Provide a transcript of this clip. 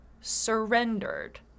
surrendered